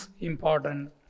important